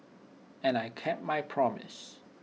and I kept my promise